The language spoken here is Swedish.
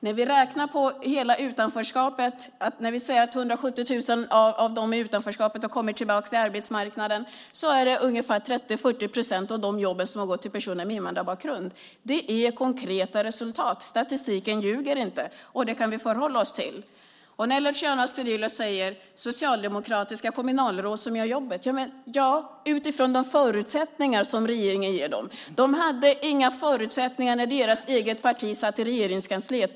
När vi räknar på hela utanförskapet och säger att 170 000 av de människor som har befunnit sig i utanförskap har kommit tillbaka till arbetsmarknaden är det 30-40 procent av dessa jobb som har gått till personer med invandrarbakgrund. Det är konkreta resultat. Statistiken ljuger inte, och det kan vi förhålla oss till. Luciano Astudillo säger att det är socialdemokratiska kommunalråd som gör jobbet. Ja, de gör det utifrån de förutsättningar som regeringen ger dem. De hade inga förutsättningar när deras eget parti satt i Regeringskansliet.